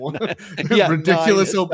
ridiculous